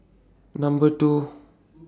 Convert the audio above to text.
Number two